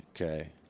okay